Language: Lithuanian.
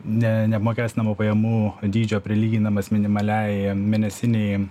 ne neapmokestinamų pajamų dydžio prilyginamas minimaliai mėnesinei